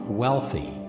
wealthy